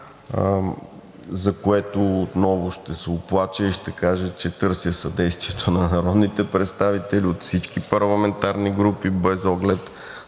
за което отново ще се оплача и ще кажа, че търся съдействието на народните представители от всички парламентарни групи, без оглед